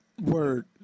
Word